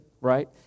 right